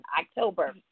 October